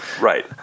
Right